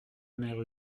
mère